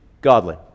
Godly